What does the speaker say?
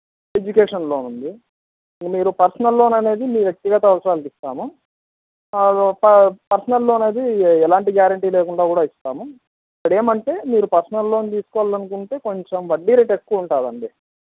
education loan ఉంది ఇంక మీరు పర్సనల్ లోన్ అనేది మీ వ్యక్తిగత అవసరాలకి ఇస్తాము ప పర్సనల్ లోన్ అది ఎలాంటి గ్యారంటీ లేకుండా కూడా ఇస్తాము ఇప్పుడేంటంటే మీరు పర్సనల్ లోన్ తీసుకోవాలనుకుంటే కొంచెం వడ్డీ రేట్ ఎక్కువ ఉంటుందండి